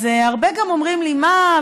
אז הרבה גם אומרים לי: מה,